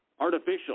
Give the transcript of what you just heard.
Artificial